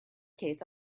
case